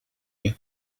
you